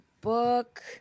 book